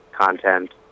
content